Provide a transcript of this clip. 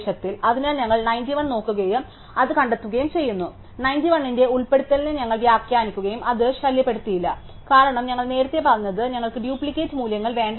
അതിനാൽ ഞങ്ങൾ 91 നോക്കുകയും അത് കണ്ടെത്തുകയും ചെയ്യുന്നു അതിനാൽ 91 ന്റെ ഉൾപ്പെടുത്തലിനെ ഞങ്ങൾ വ്യാഖ്യാനിക്കും അത് ശല്യപ്പെടുത്തിയില്ല കാരണം ഞങ്ങൾ നേരത്തെ പറഞ്ഞത് ഞങ്ങൾക്ക് ഡ്യൂപ്ലിക്കേറ്റ് മൂല്യങ്ങൾ വേണ്ട എന്നാണ്